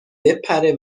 بپره